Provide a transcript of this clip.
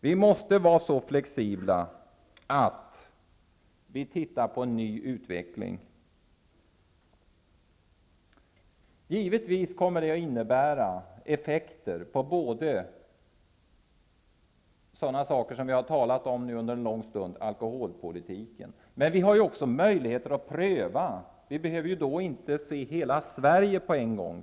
Vi måste vara så flexibla att vi är öppna för en ny utveckling, vilket givetvis kommer att leda till effekter på alkoholpolitiken -- som vi nu har diskuterat en lång stund. Men det finns också möjligheter till prövning. Man behöver inte se hela Sverige som en helhet.